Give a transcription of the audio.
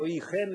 רועי חן,